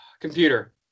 Computer